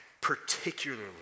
particularly